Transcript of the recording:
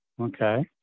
Okay